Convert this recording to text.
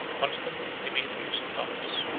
constantine, demetrius, and thomas,